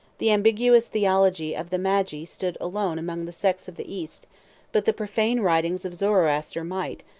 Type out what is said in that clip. the ambiguous theology of the magi stood alone among the sects of the east but the profane writings of zoroaster might,